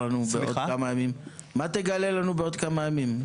הכלכלה): מה תגלה לנו בעוד כמה ימים?